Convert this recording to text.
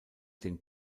den